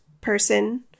person